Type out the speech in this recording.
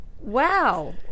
Wow